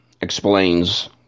explains